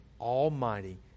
Almighty